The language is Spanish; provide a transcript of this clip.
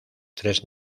tres